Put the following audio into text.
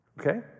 Okay